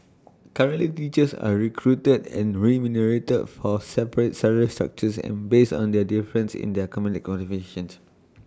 currently teachers are recruited and remunerated for separate salary structures and based on their difference in their academic qualifications